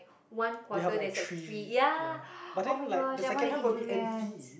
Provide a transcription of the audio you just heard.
one quarter there's like three ya oh-my-god I want to eat durians